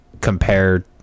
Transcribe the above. compare